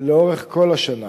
לאורך כל השנה.